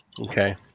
Okay